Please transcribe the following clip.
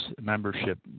membership